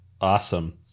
Awesome